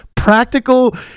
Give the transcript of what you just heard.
practical